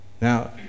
Now